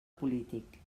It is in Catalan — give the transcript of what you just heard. polític